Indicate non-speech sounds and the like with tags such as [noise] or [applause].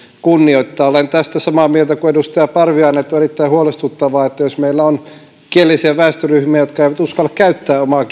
kunnioittaa olen tästä samaa mieltä kuin edustaja parviainen että on erittäin huolestuttavaa jos meillä on kielellisiä väestöryhmiä jotka eivät uskalla käyttää omaa [unintelligible]